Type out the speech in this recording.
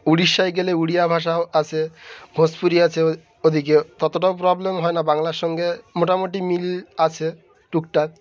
উড়িষ্যায় গেলে উড়িয়া ভাষাও আছে ভোজপুরি আছে ওদিকে ততটাও প্রবলেম হয় না বাংলার সঙ্গে মোটামুটি মিল আছে টুকটাক